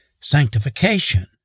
sanctification